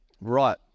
Right